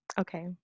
Okay